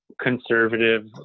conservative